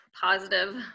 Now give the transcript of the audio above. positive